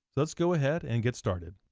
let's go ahead and get started.